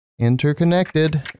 interconnected